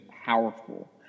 powerful